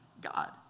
God